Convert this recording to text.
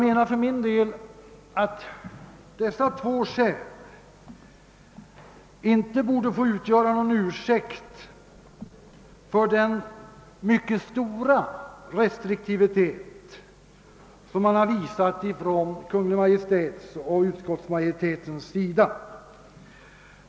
Enligt min mening borde dessa två skäl inte få utgöra någon ursäkt för den mycket stora restriktivitet som Kungl. Maj:t och utskottsmajoriteten visat.